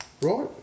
Right